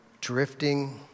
drifting